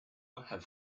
have